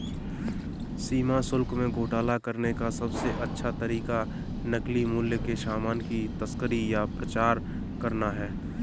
सीमा शुल्क में घोटाला करने का सबसे अच्छा तरीका नकली मूल्य के सामान की तस्करी या प्रचार करना है